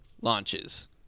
launches